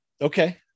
okay